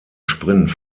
sprint